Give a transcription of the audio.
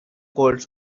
cold